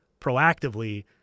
proactively